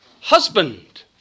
husband